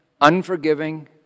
unforgiving